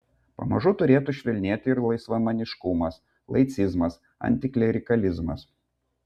pamažu turėtų švelnėti ir laisvamaniškumas laicizmas antiklerikalizmas